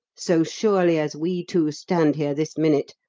so surely as we two stand here this minute,